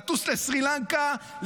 לטוס לסרי לנקה,